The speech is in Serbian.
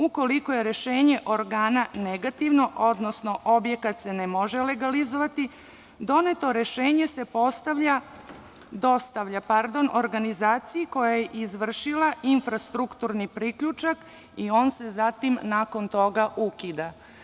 Ukoliko je rešenje organa negativno, odnosno objekat se ne može legalizovati, doneto rešenje se dostavlja organizaciji koja je izvršila infrastrukturni priključak i on se zatim nakon toga ukida.